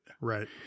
Right